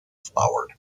flowered